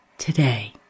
Today